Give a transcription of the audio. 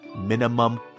minimum